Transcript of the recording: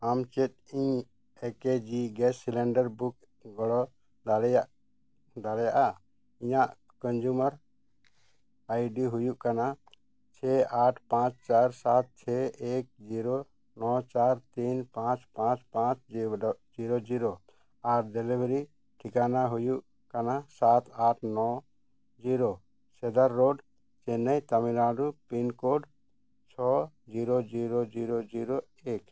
ᱟᱢ ᱪᱮᱫ ᱤᱧ ᱮ ᱠᱮ ᱡᱤ ᱜᱮᱥ ᱥᱤᱞᱮᱱᱰᱟᱨ ᱵᱩᱠ ᱜᱚᱲᱚ ᱫᱟᱲᱮᱭᱟᱜ ᱫᱟᱲᱮᱭᱟᱜᱼᱟ ᱤᱧᱟᱹᱜ ᱠᱚᱱᱡᱩᱢᱟᱨ ᱟᱭᱰᱤ ᱦᱩᱭᱩᱜ ᱠᱟᱱᱟ ᱪᱷᱮᱭ ᱟᱴ ᱯᱟᱸᱪ ᱪᱟᱨ ᱥᱟᱛ ᱪᱷᱮᱭ ᱮᱠ ᱡᱤᱨᱳ ᱱᱚ ᱪᱟᱨ ᱛᱤᱱ ᱯᱟᱸᱪ ᱯᱟᱸᱪ ᱯᱟᱸᱪ ᱡᱤᱨᱳ ᱡᱤᱨᱳ ᱟᱨ ᱰᱮᱞᱤᱵᱷᱟᱨᱤ ᱴᱷᱤᱠᱟᱱᱟ ᱦᱩᱭᱩᱜ ᱠᱟᱱᱟ ᱥᱟᱛ ᱟᱴ ᱱᱚ zero ᱥᱮᱫᱟᱨ road Chennai Tamil Nadu pin code ᱪᱷᱚ ᱡᱤᱨᱳ ᱡᱤᱨᱳ ᱡᱤᱨᱳ ᱡᱤᱨᱳ ᱮᱠ